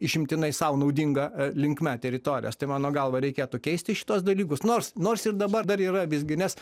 išimtinai sau naudinga linkme teritorijos tai mano galva reikėtų keisti šituos dalykus nors nors ir dabar dar yra visgi nes